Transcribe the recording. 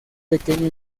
pequeño